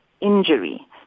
injury